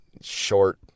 short